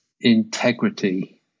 integrity